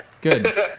good